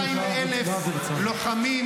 22,000 לוחמים